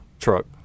Truck